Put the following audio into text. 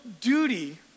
duty